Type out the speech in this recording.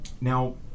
now